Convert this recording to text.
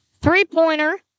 Three-pointer